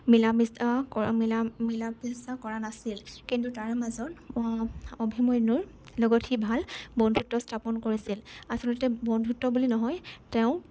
মিলামিচা কৰা মিলা মিলামিচা কৰা নাছিল কিন্তু তাৰে মাজত অভিমন্যুৰ লগত সি ভাল বন্ধুত্ব স্থাপন কৰিছিল আচলতে বন্ধুত্ব বুলি নহয় তেওঁ